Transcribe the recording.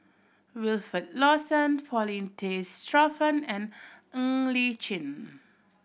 Wilfed Lawson Paulin Tay Straughan and Ng Li Chin